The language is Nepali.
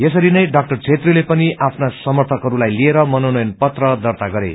यसरी नै डाक्टर छेत्रीले पनि आफ्ना समर्थकहरूलाई लिएर मनोनयन पत्र दर्ता गरे